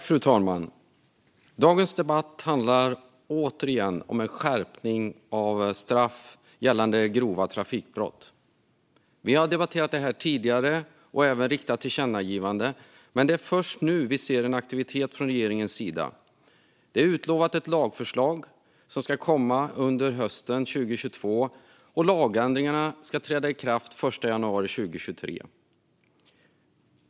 Fru talman! Dagens debatt handlar om en skärpning av straff för grova trafikbrott. Vi har debatterat detta tidigare och även riktat tillkännagivanden, men det är först nu som vi ser aktivitet från regeringens sida. Ett lagförslag är utlovat, och det ska komma under hösten 2022. Lagändringarna föreslås träda i kraft den 1 januari 2023.